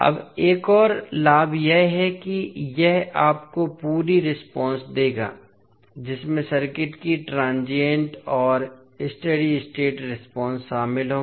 अब एक और लाभ यह है कि यह आपको पूरी रेस्पॉन्स देगा जिसमें सर्किट की ट्रांसिएंट और स्टैडी स्टेट रेस्पॉन्स शामिल होगी